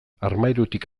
armairutik